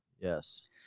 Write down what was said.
yes